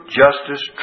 justice